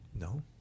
No